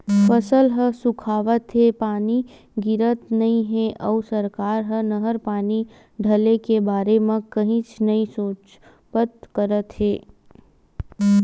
फसल ह सुखावत हे, पानी गिरत नइ हे अउ सरकार ह नहर पानी ढिले के बारे म कहीच नइ सोचबच करत हे